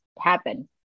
happen